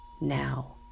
now